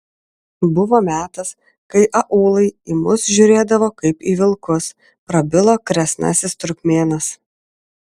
buvo metas kai aūlai į mus žiūrėdavo kaip į vilkus prabilo kresnasis turkmėnas